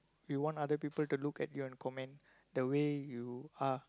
you want other people to look at you and comment the way you are